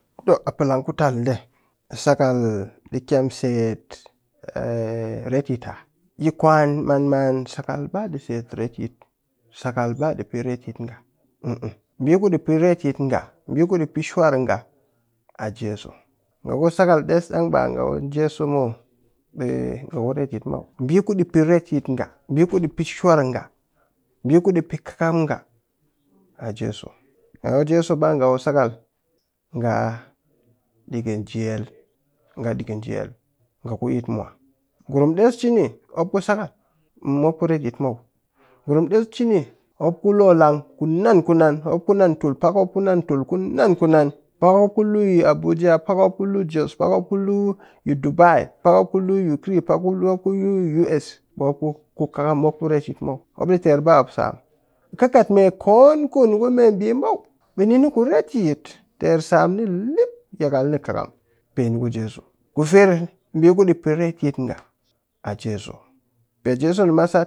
Too a palang ku tal ɗe sakal ɗi kyam set retyit ah? Yikwan maan man. sakal ba ɗi kyam set retyit, sakal ba ɗi pe retyi nga hu'u ɓi ɗi pe retyit nga ɗi pe shwar nga a jesu nga ku sakal ɗes ɗang ba nga ku jesu muw ɓe nga ku retyit muw ɓi ɗi pe retyit nga ɓi ɗi pe shwar nga ɓi ku ɗi pe kɨkam nga a jesu, nga ku jesu ɗang ba nga ku sakal nga ɗikɨn jel, nga dikɨn jel nga ku yitmwa ngurum ɗes cini mop ku sakal mop ku retyit muw, ngurum ɗes cini mop ku lo lang ku nan kunan mop ku nan tul, pakmop ku nan tul kunan kunan pakmop lu yi abuja, pakmop ku lu jos, pakmop ku lu yi dubai, pak mop ku lu yi ukrine, pakmop ku lu op yi us mop ku kɨkam ku retyit muw mop ɗi ter ba sam. kɨ kat mee koon kuni ku meɓi muw ɓe nini ku retyit ter sam ni lip yakal ni kɨkam peniku jesu, ku firr ɓii kuni pe retyit nga a jesu pe jesu ni ma sat.